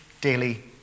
daily